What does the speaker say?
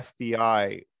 FBI